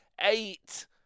Eight